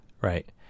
right